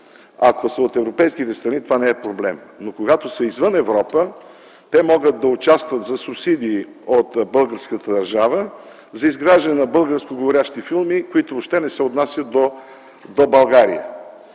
Ако са от европейските страни, това не е проблем. Но когато са извън Европа, те могат да участват за субсидии от българската държава за изграждане на българско говорящи филми, които въобще не се отнасят до България